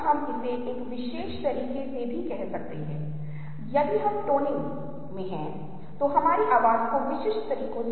दुर्भाग्य से उस समय वे यह बताने में सक्षम नहीं थे कि ऐसा क्यों हुआ ऐसा क्यों है कि हम भाग की तरह और चीजों को देखने के बजाय पूरे को देखते हैं